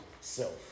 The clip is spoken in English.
self